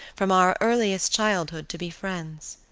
from our earliest childhood, to be friends.